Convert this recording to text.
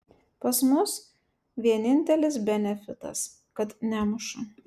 pas mus vienintelis benefitas kad nemuša